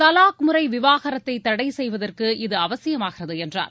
தலாக் முறை விவாகரத்தை தடை செய்வதற்கு இது அவசியமாகிறது என்றார்